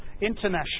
international